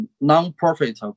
non-profit